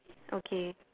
okay